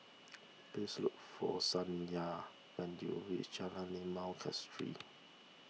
please look for Sonya when you reach Jalan Limau Kasturi